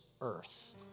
earth